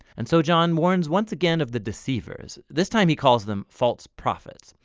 and so, john warns once again of the deceivers. this time he calls them false prophets.